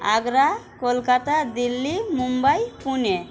Agra Kolkata Delhi Mumbai Pune